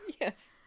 Yes